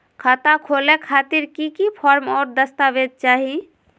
खाता खोले खातिर की की फॉर्म और दस्तावेज चाही?